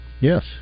yes